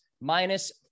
minus